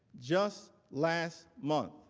just last month.